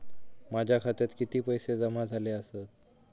माझ्या खात्यात किती पैसे जमा झाले आसत?